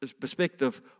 perspective